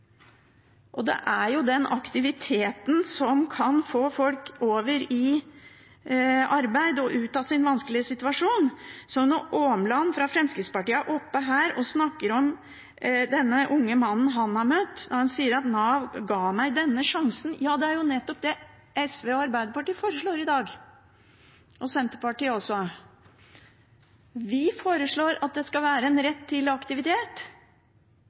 Det er jo den aktiviteten som kan få folk over i arbeid og ut av sin vanskelige situasjon. Så når Åmland fra Fremskrittspartiet er oppe her og snakker om denne unge mannen han har møtt, som sier at Nav ga ham denne sjansen – ja, det er jo nettopp det SV og Arbeiderpartiet foreslår i dag, og Senterpartiet også. Vi foreslår at det skal være en rett til aktivitet,